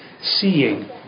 seeing